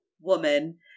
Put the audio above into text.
woman